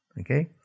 okay